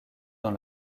dans